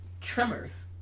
Tremors